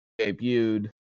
debuted